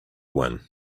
one